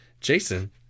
Jason